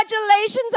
congratulations